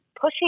pushing